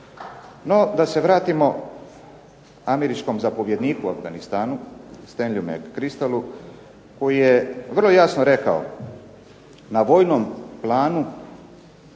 No, da se vratimo američkom zapovjedniku u Afganistanu Stanley McCristalu koji je vrlo jasno rekao "Na vojnom planu